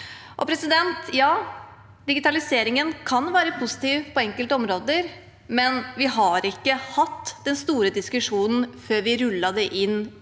i skolen. Digitaliseringen kan være positiv på enkelte områder, men vi har ikke hatt den store diskusjonen før vi rullet det utover det